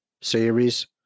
series